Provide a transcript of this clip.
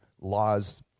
laws